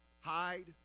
Hide